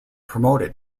promoted